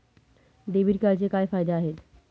Debit कार्डचे काय फायदे आहेत?